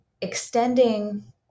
extending